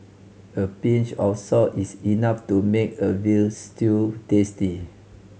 a pinch of salt is enough to make a veal stew tasty